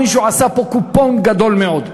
מישהו עשה פה קופון גדול מאוד,